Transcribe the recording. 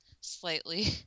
slightly